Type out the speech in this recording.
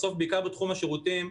בעיקר בתחום השירותים,